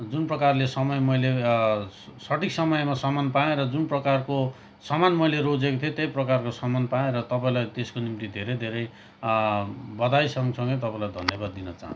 जुन प्रकारले समय मैले सठिक समयमा सामान पाएँ र जुन प्रकारको सामान मैले रोजेको थिएँ त्यही प्रकारको सामान पाएँ र तपाईँलाई त्यसको निम्ति धेरै धेरै बधाई सँगसँगै तपाईँलाई धन्यवाद दिन चाहन्छु